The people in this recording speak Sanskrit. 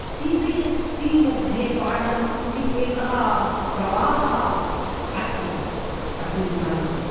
सि बि एस् सी मध्ये पाठनम् इति एकः प्रवाहः अस्ति अस्मिन् काले